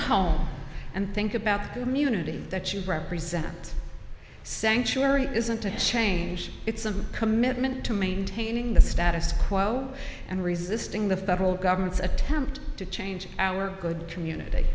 home and think about the community that you represent sanctuary isn't a change it's a commitment to maintaining the status quo and resisting the federal government's attempt to change our good community